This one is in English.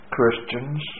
Christians